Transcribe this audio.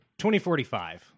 2045